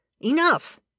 Enough